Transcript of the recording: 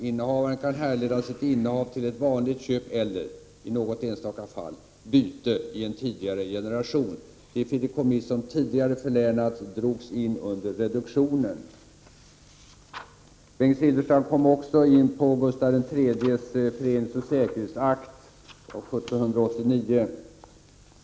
Innehavaren kan härleda sitt innehav till ett vanligt köp eller — i något enstaka fall — byte i en tidigare generation. De fideikommiss som tidigare förlänats drogs in under reduktionen. Bengt Silfverstrand kom också in på Gustav III:s föreningsoch säkerhetsakt av 1789.